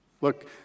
Look